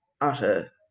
utter